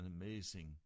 amazing